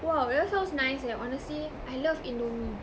!wow! that one sounds nice eh honestly I love Indomie